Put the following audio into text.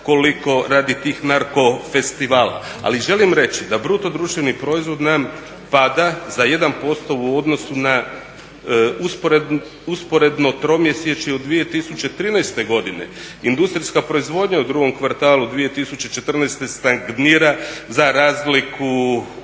koliko radi tih narko festivala. Ali želim reći da bruto društveni proizvod nam pada za 1% u odnosnu na usporedno tromjesečje u 2013. godini. Industrijska proizvodnja u drugom kvartalu 2014. stagnira za razliku